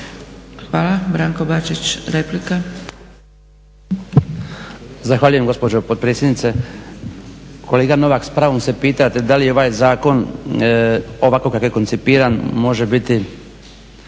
**Bačić, Branko (HDZ)** Zahvaljujem gospođo potpredsjednice. Kolega Novak s pravom se pitate da li je ovaj zakon ovako kako je koncipiran može biti